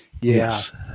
Yes